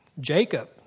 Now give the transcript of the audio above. Jacob